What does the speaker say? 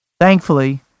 thankfully